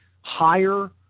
higher